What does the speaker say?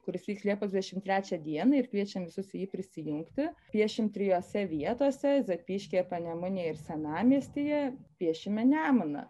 kuris vyks liepos dvidešimt trečią dieną ir kviečiam visus į jį prisijungti piešimt trijose vietose zapyškyje panemunėje ir senamiestyje piešime nemuną